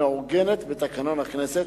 המעוגנת בתקנון הכנסת,